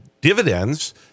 dividends